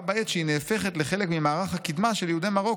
בה בעת שהיא נהפכת לחלק ממערך הקדמה של יהודי מרוקו,